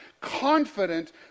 confident